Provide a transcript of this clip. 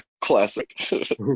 classic